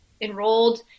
enrolled